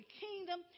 kingdom